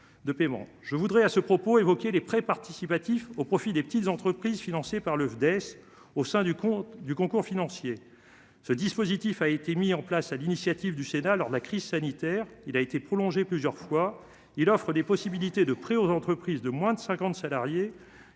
je voudrais à ce propos, évoquer les prêts participatifs au profit des petites entreprises financées par le Fidesz au sein du compte du concours financier, ce dispositif a été mis en place à l'initiative du Sénat lors de la crise sanitaire, il a été prolongée plusieurs fois, ils l'offrent des possibilités de prêts aux entreprises de moins de 50 salariés